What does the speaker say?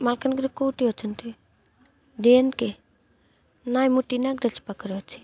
ମାଲକାନଗିରିରେ କୋଉଠି ଅଛନ୍ତି ଡି ଏନ୍ କେ ନାଇଁ ମୁଁ ଟିନାଗ୍ରଜ ପାଖରେ ଅଛି